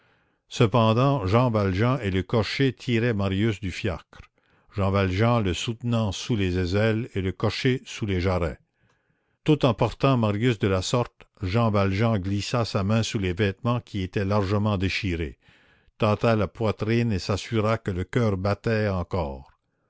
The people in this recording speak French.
cependant jean valjean et le cocher tiraient marius du fiacre jean valjean le soutenant sous les aisselles et le cocher sous les jarrets tout en portant marius de la sorte jean valjean glissa sa main sous les vêtements qui étaient largement déchirés tâta la poitrine et s'assura que le coeur battait encore